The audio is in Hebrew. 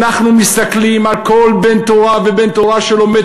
אנחנו מסתכלים על כל בן תורה ובן תורה שלומד